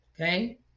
Okay